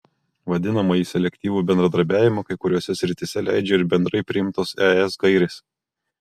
vadinamąjį selektyvų bendradarbiavimą kai kuriose srityse leidžia ir bendrai priimtos es gairės